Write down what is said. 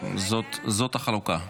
זאת החלוקה.